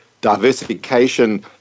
diversification